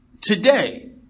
today